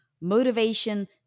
Motivation